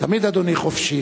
תמיד אדוני חופשי.